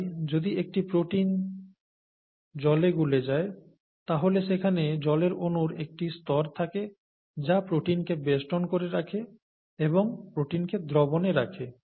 তাই যদি একটি প্রোটিন জলে গুলে যায় তাহলে সেখানে জলের অনুর একটি স্তর থাকে যা প্রোটিনকে বেষ্টন করে রাখে এবং প্রোটিনকে দ্রবণে রাখে